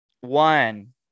One